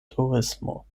turismo